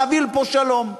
להביא לפה שלום.